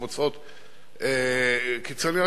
קבוצות קיצוניות,